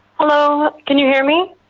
hello, can you hear me?